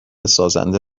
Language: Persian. سازنده